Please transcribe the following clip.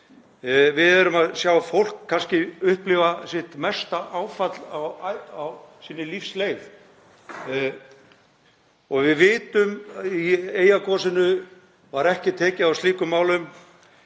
Við erum að sjá fólk kannski upplifa sitt mesta áfall á sinni lífsleið. Við vitum að í Eyjagosinu var ekki tekið á slíkum málum